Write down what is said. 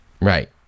Right